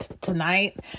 tonight